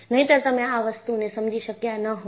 નહિંતર તમે આ વસ્તુ ને સમજી શક્યા ન હોત